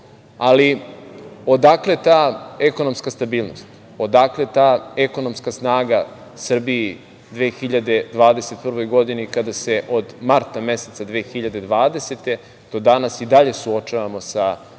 6%.Ali odakle ta ekonomska stabilnost? Odakle ta ekonomska snaga Srbiji u 2021. godini, kada se od marta meseca 2020. godine do danas i dalje suočavamo sa najvećim